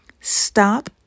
Stop